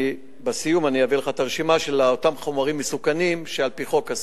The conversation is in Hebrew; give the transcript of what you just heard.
בסיום אביא לך את הרשימה של אותם חומרים מסוכנים שאסורים על-פי חוק.